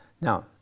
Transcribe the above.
Now